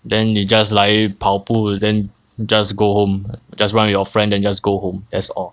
then 你 just 来跑步 then just go home just run your friend then just go home that's all